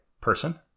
person